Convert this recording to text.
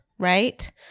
Right